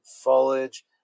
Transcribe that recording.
foliage